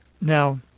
Now